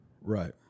Right